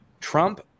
Trump